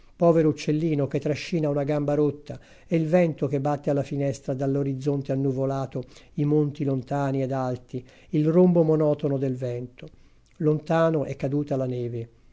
povero uccellino che trascina una gamba rotta e il vento che batte alla finestra dall'orizzonte annuvolato i monti lontani ed alti il rombo monotono del vento lontano è caduta la neve